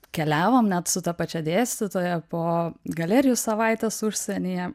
keliavom net su ta pačia dėstytoja po galerijų savaites užsienyje